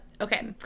okay